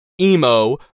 emo